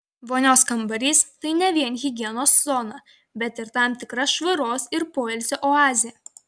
vonios kambarys tai ne vien higienos zona bet ir tam tikra švaros ir poilsio oazė